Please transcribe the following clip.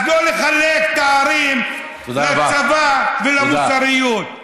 אז לא לחלק תארים לצבא ולמוסריות.